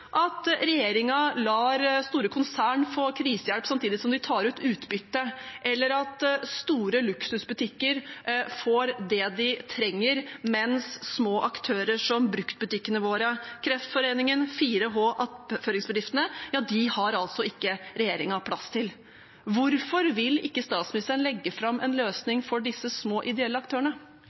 at regjeringen lar store konsern få krisehjelp samtidig som de tar ut utbytte, eller at store luksusbutikker får det de trenger, mens små aktører – som bruktbutikkene våre, Kreftforeningen, 4H og attføringsbedriftene – har ikke regjeringen plass til. Hvorfor vil ikke statsministeren legge fram en løsning for de små, ideelle aktørene?